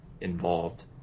involved